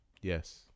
Yes